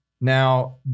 now